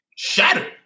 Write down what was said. shattered